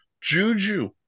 Juju